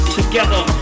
together